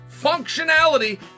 functionality